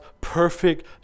perfect